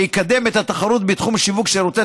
שיקדם את התחרות בתחום שיווק שירותי